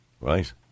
Right